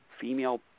female